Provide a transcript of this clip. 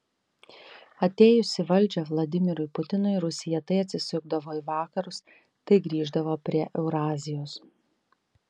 atėjus į valdžią vladimirui putinui rusija tai atsisukdavo į vakarus tai grįždavo prie eurazijos